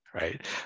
Right